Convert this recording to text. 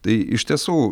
tai iš tiesų